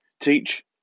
Teach